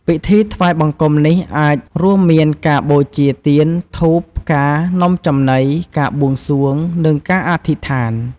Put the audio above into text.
ពិធីថ្វាយបង្គំនេះអាចរួមមានការបូជា ទៀន ធូប ផ្កា នំចំណី ការបួងសួង និងការអធិដ្ឋាន។